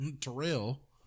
Terrell